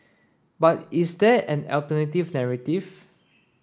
but is there an alternative narrative